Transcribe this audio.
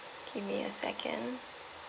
give me a second